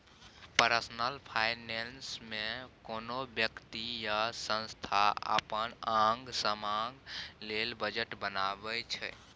personal finance मे कोनो बेकती या संस्था अपन आंग समांग लेल बजट बनबै छै